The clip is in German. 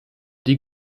die